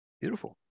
beautiful